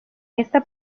esta